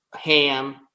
ham